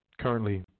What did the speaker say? Currently